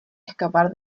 escapar